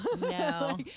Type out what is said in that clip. No